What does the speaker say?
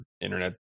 internet